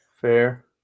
Fair